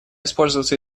использоваться